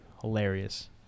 Hilarious